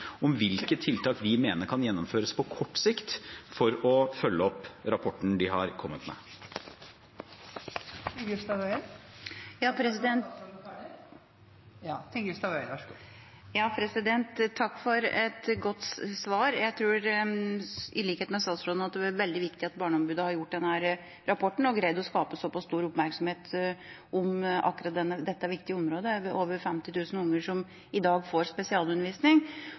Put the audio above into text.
om hvilke tiltak de mener kan gjennomføres på kort sikt for å følge opp rapporten de har kommet med. Takk for et godt svar. Jeg tror i likhet med statsråden at det er veldig viktig at Barneombudet har laget denne rapporten og klart å skape såpass stor oppmerksomhet om akkurat dette viktige området. Det er over 50 000 unger som i dag får spesialundervisning.